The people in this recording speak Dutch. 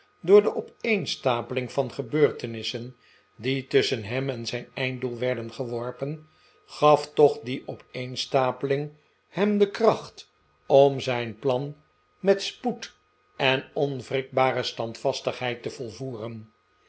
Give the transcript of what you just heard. door de opeenstapeling van gebeurtenissen die tusschen hem en zijn einddoel werden geworpen gaf toch die opeenstapeling hem de kracht om zijn plan met spoed en onwrikbare standvastigheid te volvoeren